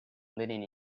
leading